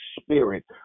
spirit